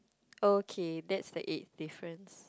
okay that's the eighth difference